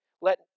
Let